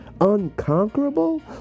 Unconquerable